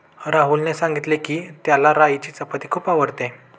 राहुलने सांगितले की, त्याला राईची चपाती खूप आवडते